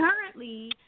currently